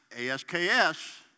A-S-K-S